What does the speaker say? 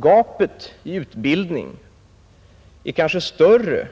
Gapet i utbildning är kanske större